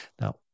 Now